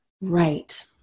right